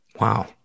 Wow